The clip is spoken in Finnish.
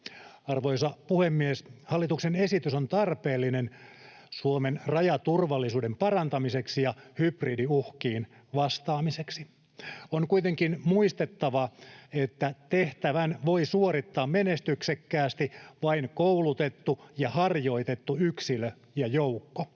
Arvoisa puhemies! Hallituksen esitys on tarpeellinen Suomen rajaturvallisuuden parantamiseksi ja hybridiuhkiin vastaamiseksi. On kuitenkin muistettava, että tehtävän voi suorittaa menestyksekkäästi vain koulutettu ja harjoitettu yksilö ja joukko.